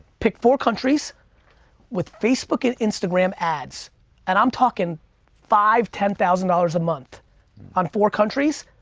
pick four countries with facebook and instagram ads and i'm talking five, ten thousand dollars a month on four countries.